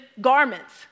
garments